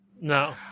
No